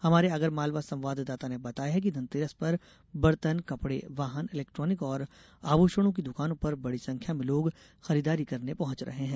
हमारे आगरमालवा संवाददाता ने बताया है कि धनतेरस पर बर्तन कपड़े वाहन इलेक्ट्रॉनिक और आभूषणों की दुकानों पर बड़ी संख्या में लोग खरीदारी करने पहुंच रहे हैं